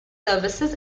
services